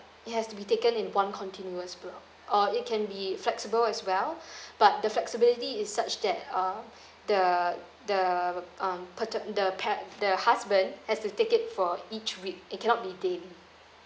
it has to be taken in one continuous block or it can be flexible as well but the flexibility is such that um the the um pater~ the pa~ the husband has to take it for each week it cannot be daily